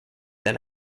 then